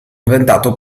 inventato